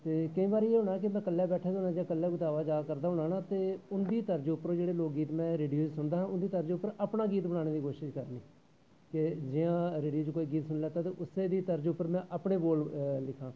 ते केईं बारी केह् होना में कल्ले कुदै आ जा करदे होने ते उंदी तरज उप्पर जेह्के लोग गीत च में सुनदा हा ते उंदी तरज उप्पर में अपना गीत बनाने दी कोशिश करनी ते जियां रेडियो च कोई गीत सुनी लैत्ता ते उस्से दी तरज उप्पर में अपने गीत लिखां